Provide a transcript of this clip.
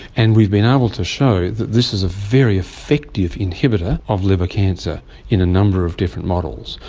and we've been able to show that this is a very effective inhibitor of liver cancer in a number of different models.